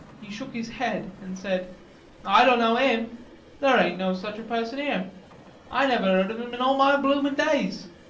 he shook his head, and said i dunno im. there ain't no such a person ere i never eard of im in all my bloomin days.